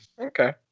Okay